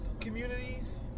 communities